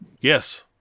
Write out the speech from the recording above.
Yes